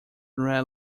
red